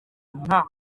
nta